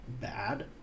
bad